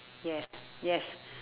yes yes